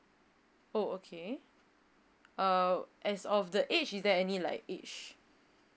oh okay uh as of the age is there any like age